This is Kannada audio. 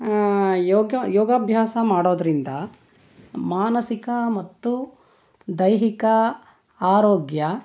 ಯೋಗ ಯೋಗಾಭ್ಯಾಸ ಮಾಡೋದರಿಂದ ಮಾನಸಿಕ ಮತ್ತು ದೈಹಿಕ ಆರೋಗ್ಯ